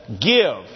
give